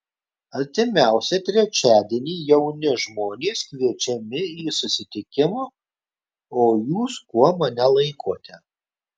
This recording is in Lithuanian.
artimiausią trečiadienį jauni žmonės kviečiami į susitikimą o jūs kuo mane laikote